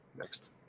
next